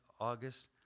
August